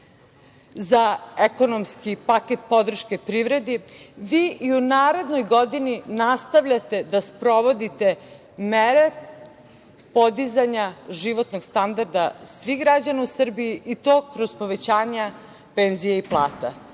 za ekonomski paket podrške privredi, vi i u narednoj godini nastavljate da sprovodite mere podizanja životnog standarda svih građana u Srbiji, i to kroz povećanja penzija i plata.